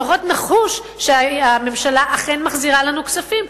לפחות נחוש שהממשלה אכן מחזירה לנו כספים,